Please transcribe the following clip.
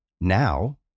now